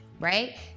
right